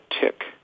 tick